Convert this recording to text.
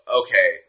okay